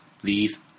please